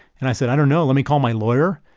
and i said, i don't know. let me call my lawyer.